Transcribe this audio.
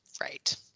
Right